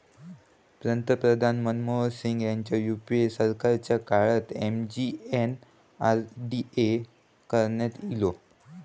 पंतप्रधान मनमोहन सिंग ह्यांच्या यूपीए सरकारच्या काळात एम.जी.एन.आर.डी.ए करण्यात ईला